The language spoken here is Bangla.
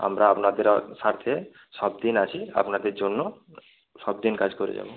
আমরা আপনাদের স্বার্থে সব দিন আছি আপনাদের জন্য সব দিন কাজ করে যাব